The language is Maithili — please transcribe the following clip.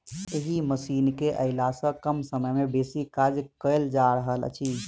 एहि मशीन केअयला सॅ कम समय मे बेसी काज कयल जा रहल अछि